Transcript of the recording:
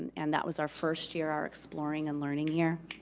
and that was our first year, our exploring and learning year.